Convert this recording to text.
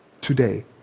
today